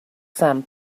sand